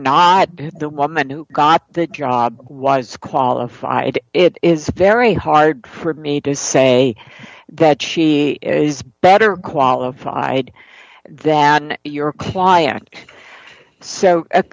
not the woman who got the job was qualified it is very hard for me to say that she is better qualified than your client so